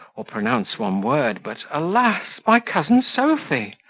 or pronounce one word, but alas my cousin sophy!